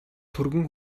түргэн